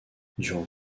durant